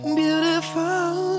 beautiful